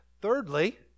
Thirdly